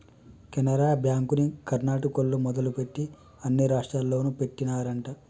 కెనరా బ్యాంకుని కర్ణాటకోల్లు మొదలుపెట్టి అన్ని రాష్టాల్లోనూ పెట్టినారంట